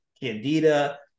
candida